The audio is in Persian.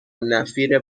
نفیر